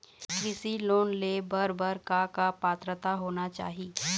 कृषि लोन ले बर बर का का पात्रता होना चाही?